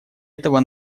этого